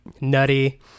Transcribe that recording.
nutty